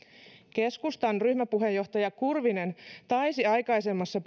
keskustan ryhmäpuheenjohtaja kurvinen taisi aikaisemmassa